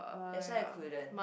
that's why I couldn't